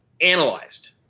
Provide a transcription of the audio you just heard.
analyzed